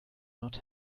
not